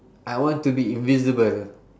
I want to be invisible